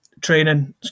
training